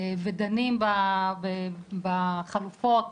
ודנים בחלופות,